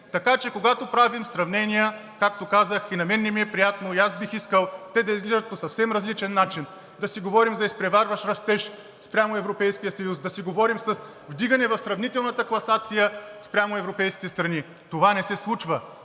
Така че, когато правим сравнения, както казах, и на мен не ми е приятно, и аз бих искал те да излизат по съвсем различен начин, да си говорим за изпреварващ растеж спрямо Европейския съюз, да си говорим за вдигане в сравнителната класация спрямо европейските страни. Това не се случва.